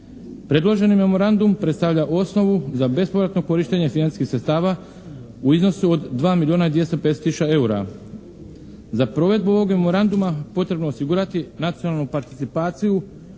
Predloženi memorandum predstavlja osnovu za bespovratno korištenje financijskih sredstava u iznosu 2 milijuna 250 tisuća eura. Za provedbu ovog memoranduma potrebno je osigurati nacionalnu participaciju